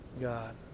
God